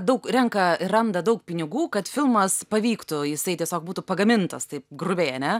daug renka randa daug pinigų kad filmas pavyktų jisai tiesiog būtų pagamintas taip grubiai ane